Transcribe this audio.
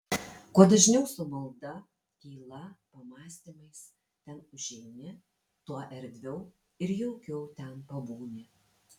kuo dažniau su malda tyla pamąstymais ten užeini tuo erdviau ir jaukiau ten pabūni